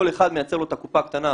כל אחד מייצר לו את הקופה הקטנה.